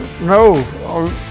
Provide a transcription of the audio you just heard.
No